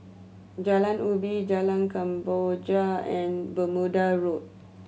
Jalan Ubi Jalan Kemboja and Bermuda Road